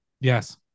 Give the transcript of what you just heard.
Yes